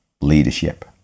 leadership